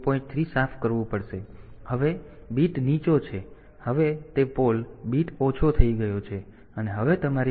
3 સાફ કરવું પડશે હવે બીટ નીચો છે હવે તે પોલ બીટ ઓછો થઈ ગયો છે અને હવે તમારી પાસે છે